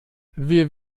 wir